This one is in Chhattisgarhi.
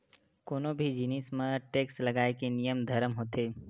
कोनो भी जिनिस म टेक्स लगाए के नियम धरम होथे